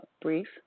brief